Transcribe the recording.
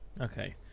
Okay